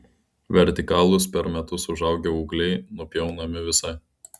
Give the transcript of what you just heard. vertikalūs per metus užaugę ūgliai nupjaunami visai